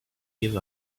give